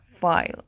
file